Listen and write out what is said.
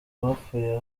bapfuye